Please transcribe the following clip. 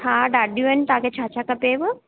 हा ॾाढियूं आहिनि तव्हांखे छा छा खपेव